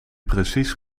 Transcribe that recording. precies